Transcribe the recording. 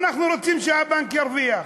אנחנו רוצים שהבנק ירוויח,